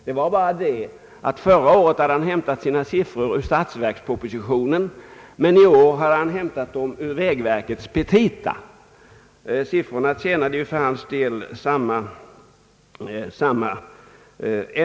Då hade herr Strandberg hämtat siffrorna ur statsverkspropositionen men i år ur vägverkets petita. Siffrorna tjänade för hans del samma syfte.